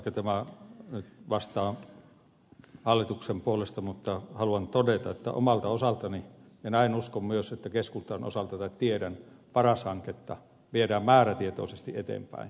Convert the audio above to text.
vaikka tämä nyt vastaa hallituksen puolesta mutta haluan todeta että omalta osaltani ja tiedän että myös keskustan osalta paras hanketta viedään määrätietoisesti eteenpäin